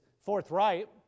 forthright